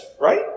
right